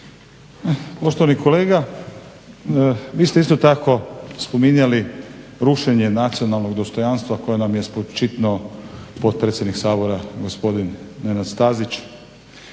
Poštovani kolega, vi ste isto tako spominjali rušenje nacionalnog dostojanstva koje nam je spočitnuo potpredsjednik Sabora gospodin Nenad Stazić